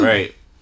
Right